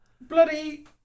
bloody